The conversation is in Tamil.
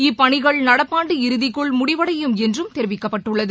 இப்பணிகள் நடப்பாண்டு இறுதிக்குள் முடிவடையும் என்றும் தெரிவிக்கப்பட்டுள்ளது